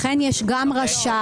לכן יש גם רשאי,